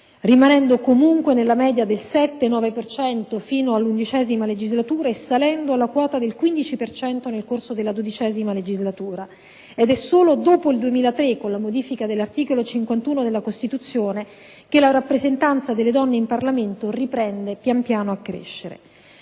rimanendo comunque nella media del 7-9 per cento, fino all'XI legislatura, e salendo alla quota del 15 per cento nel corso della XII legislatura. Ed è solo dopo il 2003, con la modifica dell'articolo 51 della Costituzione, che la rappresentanza delle donne in Parlamento riprende pian piano a crescere.